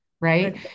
right